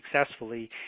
successfully